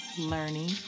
learning